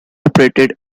operated